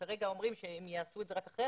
כרגע הם אומרים שהם יעשו את זה אחרי הקורונה.